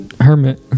hermit